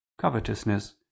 covetousness